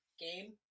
game